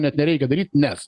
net nereikia daryt nes